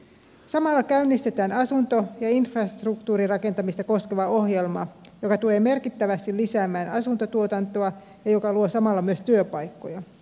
samalla käynnistetään asunto ja infrastruktuurirakentamista koskeva ohjelma joka tulee merkittävästi lisäämään asuntotuotantoa ja joka luo samalla myös työpaikkoja